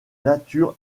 nature